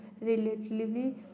relatively